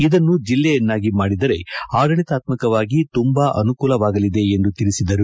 ಇದನ್ನು ಜಿಲ್ಲೆಯನ್ನಾಗಿ ಮಾಡಿದರೆ ಆದಳಿತಾತ್ಮಕವಾಗಿ ತುಂಬಾ ಅನುಕೂಲವಾಗಲಿದೆ ಎಂದು ತಿಳಿಸಿದರು